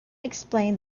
explained